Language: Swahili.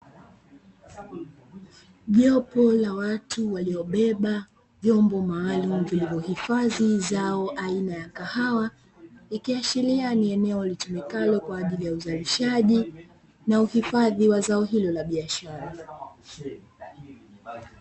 Jopo la watu waliobeba vyombo maalumu vilivyohifadhi zao aina ya kahawa, ikiashiria ni eneo litumikalo kwa ajili ya uzalishaji, na uhifadhi wa zao hilo la biashara.